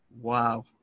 Wow